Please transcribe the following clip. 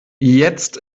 jetzt